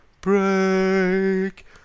break